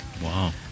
Wow